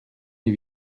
les